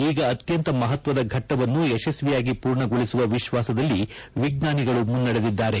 ಈಗ ಅತ್ಯಂತ ಮಹತ್ವದ ಘಟ್ಟವನ್ನು ಯಶಸ್ವಿಯಾಗಿ ಪೂರ್ಣಗೊಳಿಸುವ ವಿಶ್ವಾಸದಲ್ಲಿ ವಿಚ್ವಾನಿಗಳು ಮುನ್ನಡೆದಿದ್ದಾರೆ